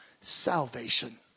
salvation